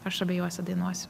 aš abiejuose dainuosiu